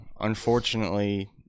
unfortunately